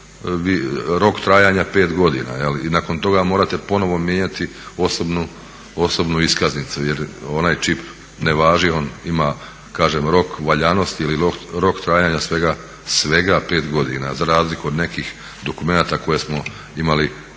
rok trajanja 5 godina i nakon toga morate ponovno mijenjati osobnu iskaznicu jer onaj čip ne važi, on ima kažem rok valjanosti ili rok trajanja svega 5 godina za razliku od nekih dokumenata koje smo imali ranije